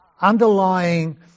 underlying